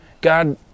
God